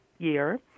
Year